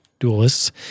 dualists